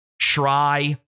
try